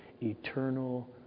eternal